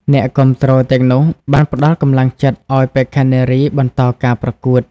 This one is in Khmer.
អ្នកគាំទ្រទាំងនោះបានផ្តល់កម្លាំងចិត្តឲ្យបេក្ខនារីបន្តការប្រកួត។